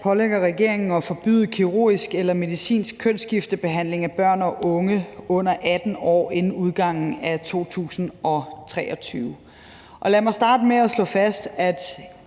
pålægger regeringen at forbyde kirurgisk eller medicinsk kønsskiftebehandling af børn og unge under 18 år inden udgangen af 2023. Lad mig starte med at slå fast,